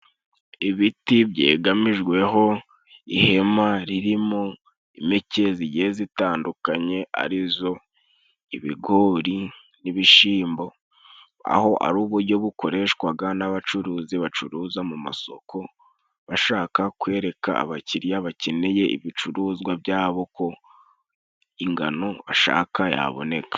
Ibiti byegamijweho ihema ririmo impeke zigiye zitandukanye arizo ibigori n'ibishimbo, aho ari uburyo bukoreshwaga n'abacuruzi bacuruza mu masoko, bashaka kwereka abakiriya bakeneye ibicuruzwa byabo ko ingano bashaka yaboneka.